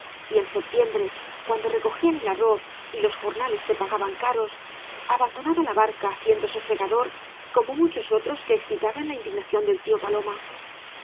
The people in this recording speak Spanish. y en septiembre cuando recogían el arroz y los jornales se pagaban caros abandonaba la barca haciéndose segador como muchos otros que excitaban la indignación del tío paloma